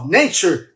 nature